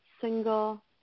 single